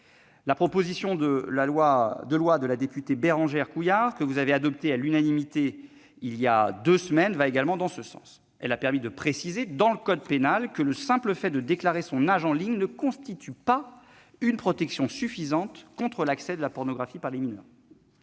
La proposition de loi de la députée Bérangère Couillard, que vous avez adoptée à l'unanimité il y a deux semaines, va également dans ce sens. Elle a permis de préciser, dans le code pénal, que le simple fait de déclarer son âge en ligne ne constitue pas une protection suffisante contre l'accès des mineurs